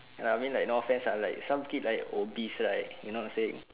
ya lah I mean like no offense lah like some kid like obese right you know I'm saying